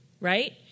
right